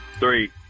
Three